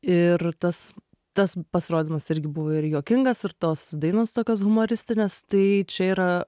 ir tas tas pasirodymas irgi buvo ir juokingas ir tos dainos tokios humoristinės tai čia yra